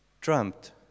trumped